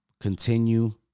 continue